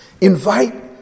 Invite